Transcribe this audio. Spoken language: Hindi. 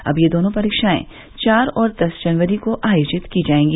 अब ये दोनों परीक्षाएं चार और दस जनवरी को आयोजित की जायेंगी